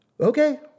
Okay